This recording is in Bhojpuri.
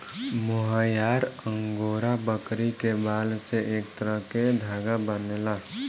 मोहयार अंगोरा बकरी के बाल से एक तरह के धागा बनेला